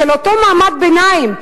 של אותו מעמד ביניים,